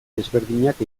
desberdinak